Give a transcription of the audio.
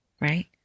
right